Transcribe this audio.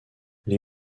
les